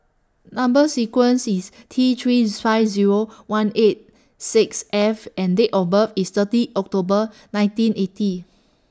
Number sequence IS T three five Zero one eight six F and Date of birth IS thirty October nineteen eighty